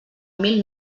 mil